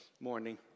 morning